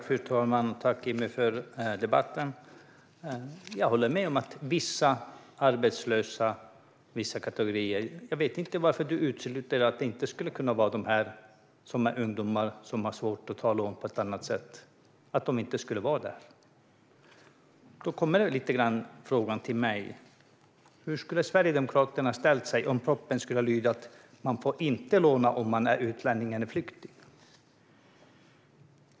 Fru talman! Tack för debatten, Jimmy! Jag håller delvis med, men vad gäller frågan om vissa kategorier av arbetslösa vet jag inte varför du utesluter att ungdomar som har svårt att ta lån på annat sätt skulle kunna finnas med där. Då kommer frågan från mig: Hur skulle Sverigedemokraterna ha ställt sig om en formulering i propositionen skulle ha lytt: "Man får inte låna om man är utlänning eller flykting."?